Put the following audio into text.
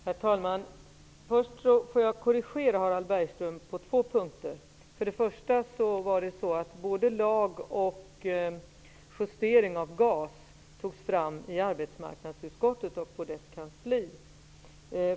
Herr talman! Jag vill korrigera Harald Bergström på ett par punkter. För det första togs både lag och justering av GAS fram i arbetsmarknadsutskottet och på dess kansli.